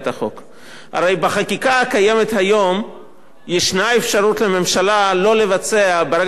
הרי בחקיקה הקיימת היום ישנה אפשרות לממשלה לא לבצע ברגע שנחתם ההסכם,